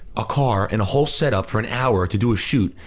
a car and a whole setup for an hour to do a shoot,